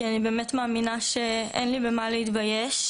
כי אני באמת מאמינה שאין לי במה להתבייש.